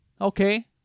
okay